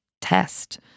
test